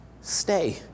Stay